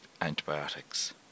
antibiotics